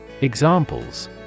Examples